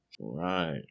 Right